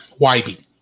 YB